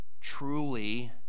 truly